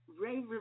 Ray